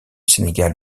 sénégal